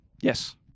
Yes